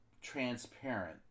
transparent